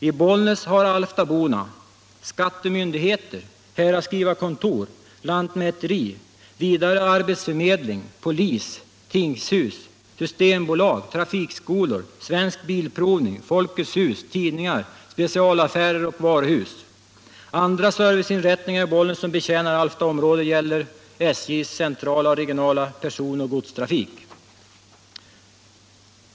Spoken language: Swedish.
I Bollnäs har alftaborna skattemyndigheter, häradsskrivarkontor och lantmäteri, vidare arbetsförmedling, polis och tingshus, systembolag, trafikskolor, Svensk bilprovning, Folkets hus, tidningar, specialaffärer och varuhus. Andra serviceinrättningar i Bollnäs som betjänar Alftaområdet är SJ:s centrala och regionala personoch godstrafik.